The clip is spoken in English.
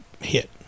hit